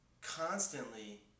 constantly